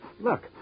Look